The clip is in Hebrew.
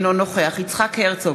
אינו נוכח יצחק הרצוג,